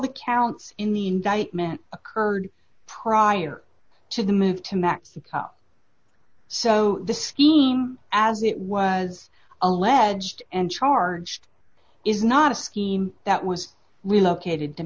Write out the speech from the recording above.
the counts in the indictment occurred prior to the move to mexico so the scheme as it was alleged and charged is not a scheme that was relocated to